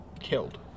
killed